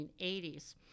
1980s